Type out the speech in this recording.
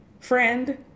Friend